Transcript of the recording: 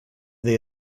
they